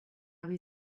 rue